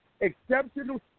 exceptional